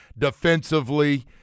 defensively